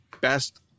best